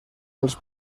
els